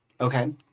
Okay